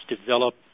develop